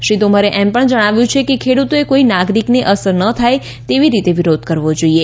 શ્રી તોમરે એમ પણ જણાવ્યું કે ખેડૂતોએ કોઇ નાગરિકને અસર ના થાય તેવી રીતે વિરોધ કરવો જોઇએ